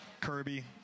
Kirby